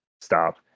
stop